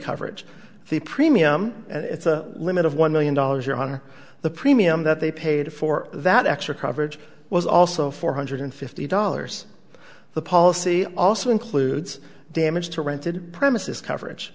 coverage the premium and it's a limit of one million dollars you're on the premium that they paid for that extra coverage was also four hundred fifty dollars the policy also includes damage to rented premises coverage